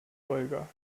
olga